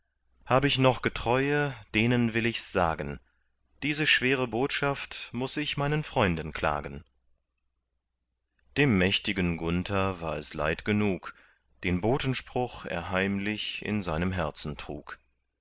hab ich noch getreue denen will ichs sagen diese schwere botschaft muß ich meinen freunden klagen dem mächtigen gunther war es leid genug den botenspruch er heimlich in seinem herzen trug